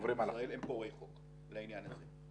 במדינת ישראל הם פורעי חוק בעניין הזה.